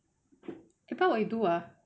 that time what you do ah